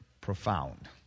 profound